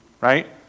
right